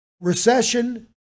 recession